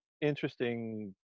interesting